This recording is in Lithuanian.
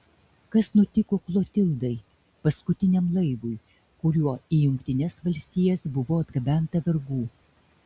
kas nutiko klotildai paskutiniam laivui kuriuo į jungtines valstijas buvo atgabenta vergų